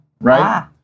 right